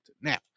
Now